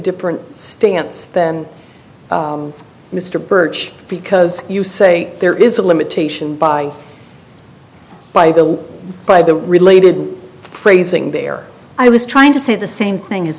different stance than mr burch because you say there is a limitation by by the by the related phrasing there i was trying to say the same thing